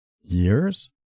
years